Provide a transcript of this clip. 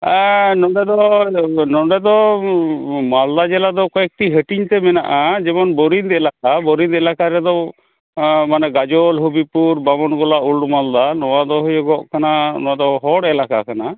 ᱟ ᱱᱚᱸᱰᱮ ᱫᱚ ᱱᱚᱸᱰᱮ ᱫᱚ ᱢᱟᱞᱫᱟ ᱡᱮᱞᱟ ᱫᱚ ᱠᱚᱭᱮᱠᱴᱤ ᱦᱟᱹᱴᱤᱧ ᱛᱮ ᱢᱮᱱᱟᱜᱼᱟ ᱡᱮᱢᱚᱱ ᱜᱚᱨᱤᱵᱽ ᱮᱞᱟᱠᱟ ᱜᱚᱨᱤᱵᱽ ᱮᱞᱟᱠᱟ ᱨᱮᱫᱚ ᱢᱟᱱᱮ ᱜᱟᱡᱚᱞ ᱦᱚᱵᱤᱵᱽᱯᱩᱨ ᱵᱟᱵᱚᱱᱜᱳᱞᱟ ᱳᱞᱰ ᱢᱟᱞᱫᱟ ᱱᱚᱣᱟ ᱫᱚ ᱦᱩᱭᱩᱜᱚᱜ ᱠᱟᱱᱟ ᱱᱚᱣᱟ ᱫᱚ ᱦᱚᱲ ᱮᱞᱟᱠᱟ ᱠᱟᱱᱟ